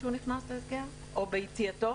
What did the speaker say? הוא נבדק כל יום.